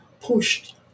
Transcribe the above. pushed